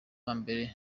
mbere